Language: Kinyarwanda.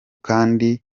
kandi